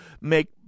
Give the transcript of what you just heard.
make